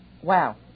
Wow